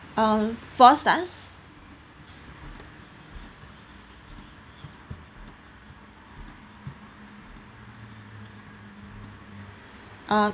um